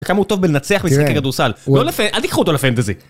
וכמה הוא טוב בלנצח משחקי כדורסל. אל תיקחו אותו לפנטזי.